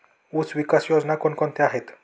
ऊसविकास योजना कोण कोणत्या आहेत?